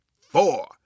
four